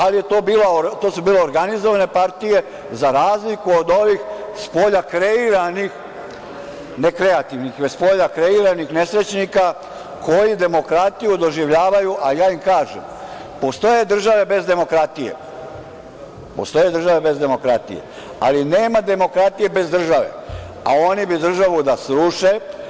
Ali to su bila organizovane partije, za razliku od ovih, spolja kreiranih, ne kreativnih, već spolja kreiranih nesrećnika, koji demokratiju doživljavaju, a ja im kažem – postoje države bez demokratije, ali nema demokratije bez države, a oni bi državu da sruše.